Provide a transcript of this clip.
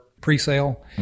pre-sale